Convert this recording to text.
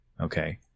Okay